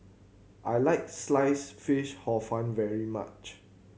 I like Sliced Fish Hor Fun very much